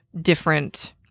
different